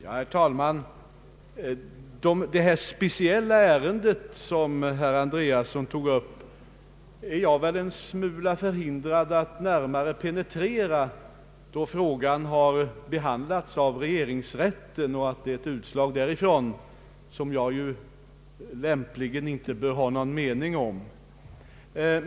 Herr talman! Det speciella ärende som herr Andreasson tog upp är jag förhindrad att närmare penetrera, då frågan har behandlats av regeringsrätten. Det finns ett utslag därifrån som jag ju inte bör diskutera.